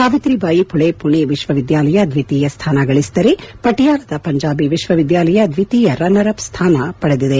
ಸಾವಿತ್ರಿಬಾಯಿ ಪುಳೆ ಪುಣೆ ವಿಕ್ವವಿದ್ಯಾಲಯ ದ್ವಿತೀಯ ಸ್ಥಾನ ಗಳಿಸಿದರೆ ಪಟಿಯಾಲದ ಪಂಜಾಬಿ ವಿಶ್ವವಿದ್ಯಾಲಯ ದ್ವಿತೀಯ ರನ್ನರ್ ಅಪ್ ಸ್ಟಾನ ಪಡೆದಿದೆ